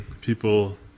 People